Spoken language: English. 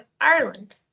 Ireland